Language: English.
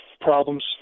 problems